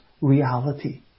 reality